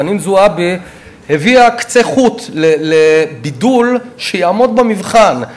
חנין זועבי הביאה קצה חוט לבידול שיעמוד במבחן,